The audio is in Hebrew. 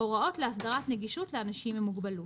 הוראות להסדרת נגישות לאנשים עם מוגבלות,